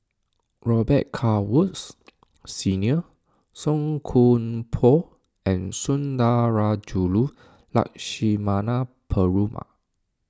Robet Carr Woods Senior Song Koon Poh and Sundarajulu Lakshmana Perumal